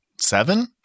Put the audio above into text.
Seven